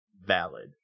Valid